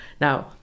Now